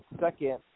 second